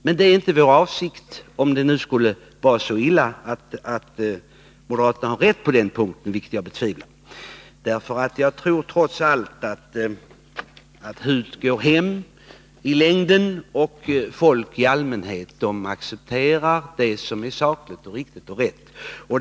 Men detta är inte vår avsikt, om det nu skulle vara så illa att moderaterna har rätt på denna punkt, vilket jag betvivlar. Jag tror trots allt 157 att hut går hem i längden, och folk i allmänhet accepterar det som är sakligt, riktigt och rätt.